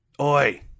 Oi